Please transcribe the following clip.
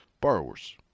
borrowers